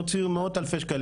הם הוציאו מאות אלפי שקלים,